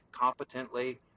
competently